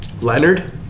Leonard